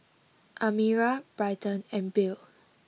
Amira Bryton and Bill